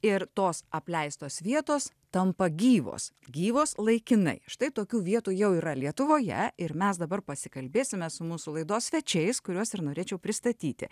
ir tos apleistos vietos tampa gyvos gyvos laikinai štai tokių vietų jau yra lietuvoje ir mes dabar pasikalbėsime su mūsų laidos svečiais kuriuos ir norėčiau pristatyti